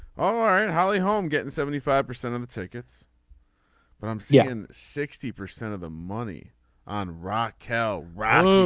oh all right. holly home getting seventy five percent of the tickets but um yeah. and sixty percent of the money on rock cow ranch.